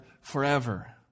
forever